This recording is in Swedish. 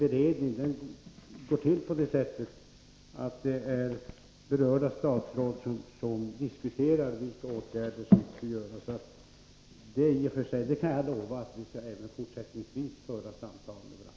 Beredningen går självfallet till så att berörda statsråd diskuterar vilka åtgärder som skall vidtas. Och jag kan lova att vi även fortsättningsvis skall föra samtal med varandra.